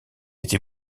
été